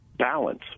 Balance